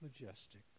majestic